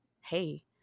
Hey